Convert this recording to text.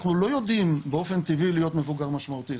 אנחנו לא יודעים באופן טבעי להיות מבוגר משמעותי,